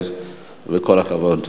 כל הכבוד.